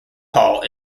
hall